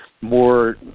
more